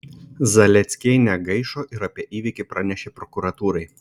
zaleckiai negaišo ir apie įvykį pranešė prokuratūrai